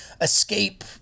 escape